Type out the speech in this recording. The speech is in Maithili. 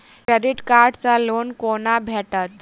क्रेडिट कार्ड सँ लोन कोना भेटत?